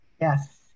Yes